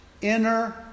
inner